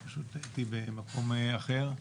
פשוט הייתי במקום אחר,